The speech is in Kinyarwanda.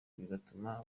bigatuma